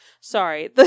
Sorry